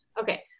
Okay